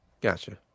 gotcha